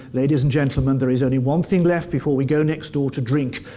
ladies and gentlemen, there is only one thing left before we go next door to drink.